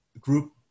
Group